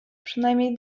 przynajmniej